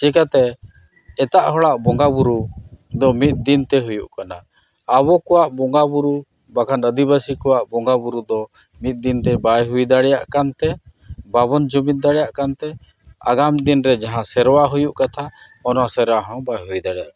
ᱪᱤᱠᱟᱹᱛᱮ ᱮᱴᱟᱜ ᱦᱚᱲᱟᱜ ᱵᱚᱸᱜᱟ ᱵᱳᱨᱳ ᱫᱚ ᱢᱤᱫ ᱫᱤᱱ ᱛᱮ ᱦᱩᱭᱩᱜ ᱠᱟᱱᱟ ᱟᱵᱚ ᱠᱚᱣᱟᱜ ᱵᱚᱸᱜᱟ ᱵᱳᱨᱳ ᱵᱟᱠᱷᱟᱱ ᱟᱹᱫᱤᱵᱟᱹᱥᱤ ᱠᱚᱣᱟᱜ ᱵᱚᱸᱜᱟ ᱵᱳᱨᱳ ᱫᱚ ᱢᱤᱫ ᱫᱤᱱ ᱛᱮ ᱵᱟᱭ ᱦᱩᱭ ᱫᱟᱲᱮᱭᱟᱜ ᱠᱟᱱ ᱛᱮ ᱵᱟᱵᱚᱱ ᱡᱩᱢᱤᱫ ᱫᱟᱲᱮᱭᱟᱜ ᱠᱟᱱ ᱛᱮ ᱟᱜᱟᱢ ᱫᱤᱱᱨᱮ ᱡᱟᱦᱟᱸ ᱥᱮᱨᱣᱟ ᱦᱩᱭᱩᱜ ᱠᱟᱛᱷᱟ ᱚᱱᱟ ᱥᱮᱨᱣᱟ ᱦᱚᱸ ᱵᱟᱭ ᱦᱩᱭ ᱫᱟᱲᱮᱭᱟᱜ ᱠᱟᱱᱟ